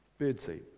birdseed